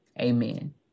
Amen